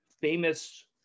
famous